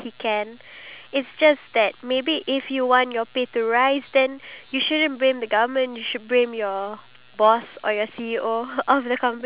you have to blame yourself because the amount that you take in order for you to do your work actually reflects your monthly income